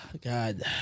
God